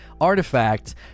artifact